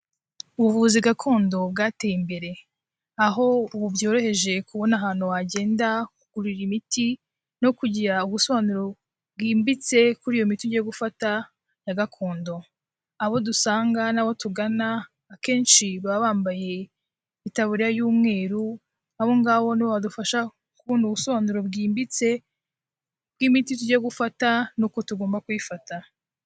Ubuvuzi gakondo bwateye imbere, aho ubu byoroheje kubona ahantu wagenda kugurira imiti no kugira ubusobanuro bwimbitse kuri iyo miti ugiye gufata ya gakondo, abo dusanga n'abo tugana akenshi baba bambaye itaburiya y'umweru, abo ngaho nibo badufasha kubona ubusobanuro bwimbitse bw'imiti tugiye gufata n'uko tugomba kuyifata.